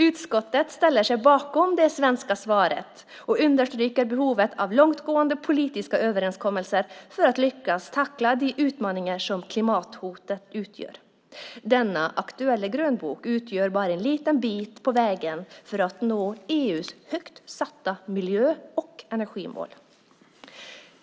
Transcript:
Utskottet ställer sig bakom det svenska svaret och understryker behovet av långtgående politiska överenskommelser för att lyckas tackla de utmaningar som klimathotet utgör. Denna aktuella grönbok utgör bara en liten bit på vägen för att nå EU:s högt satta miljö och energimål.